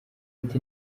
ati